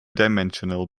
dimensional